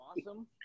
Awesome